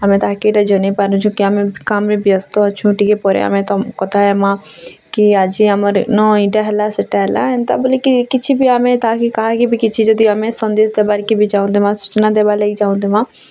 ଆମେ ତାହାକେ ଇଟା ଜାନିପାରୁଚୁ କି ଆମେ କାମ୍ ରେ ବ୍ୟସ୍ତ ଅଛୁଁ ଟିକେ ପରେ ଆମ୍ ତମ୍ କଥା ହେମାଁ କି ଆଜି ଆମର୍ ନ ଏଇଟା ହେଲା ସେଇଟା ହେଲା ଏନ୍ତା ବୋଲିକିରି କିଛି ବି ଆମେ ତାକେ କାହାକେ ବି କିଛି ଯଦି ଆମେ ସନ୍ଦେଶ ଦବାର୍ କେ ବି ଚାହୁଁଥିମା ସୂଚନା ଦେବାର୍ ଲାଗି ଚାହୁଁଥିମା